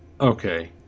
okay